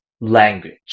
language